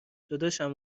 دادشمم